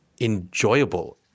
enjoyable